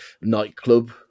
nightclub